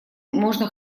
можно